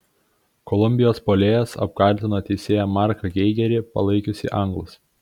kolumbijos puolėjas apkaltino teisėją marką geigerį palaikiusį anglus